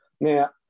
Now